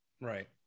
Right